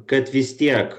kad vis tiek